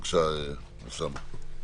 בבקשה, אוסאמה סעדי.